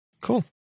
cool